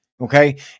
okay